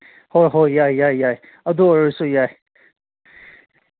ꯍꯣꯏ ꯍꯣꯏ ꯌꯥꯏ ꯌꯥꯏ ꯌꯥꯏ ꯑꯗꯨ ꯑꯣꯏꯔꯁꯨ ꯌꯥꯏ